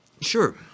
sure